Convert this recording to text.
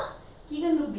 little bit lah